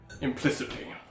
implicitly